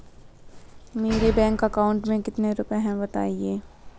मेरे bank account में कितने रुपए हैं बताएँ?